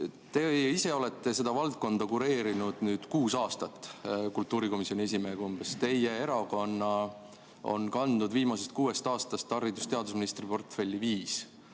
Te ise olete seda valdkonda kureerinud nüüd kuus aastat kultuurikomisjoni esimehena, teie erakond on kandnud viimasest kuuest aastast haridus- ja teadusministri portfelli viis.